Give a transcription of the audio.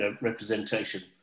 representation